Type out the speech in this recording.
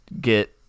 get